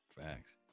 facts